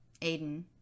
Aiden